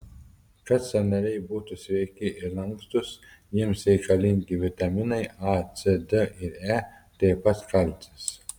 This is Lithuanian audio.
kad sąnariai būtų sveiki ir lankstūs jiems reikalingi vitaminai a c d ir e taip pat kalcis